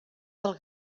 del